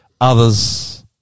Others